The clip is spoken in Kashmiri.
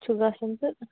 چھُ گژھُن تہٕ